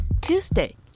Tuesday